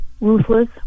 ruthless